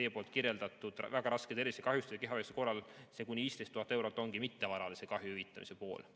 teie poolt kirjeldatud väga raske tervisekahjustuse või kehavigastuse korral see kuni 15 000 eurot ongi mittevaralise kahju hüvitamise pool.